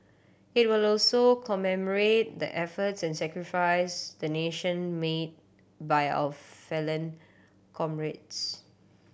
it will also commemorate the efforts and sacrifice the nation made by our fallen comrades